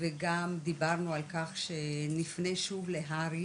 וגם דיברנו על כך שנפנה שוב להר"י,